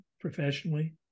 professionally